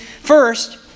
First